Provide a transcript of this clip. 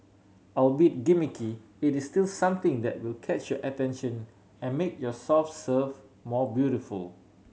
albeit gimmicky it is still something that will catch your attention and make your soft serve more beautiful